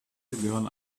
gehören